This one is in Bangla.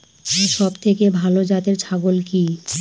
সবথেকে ভালো জাতের ছাগল কি?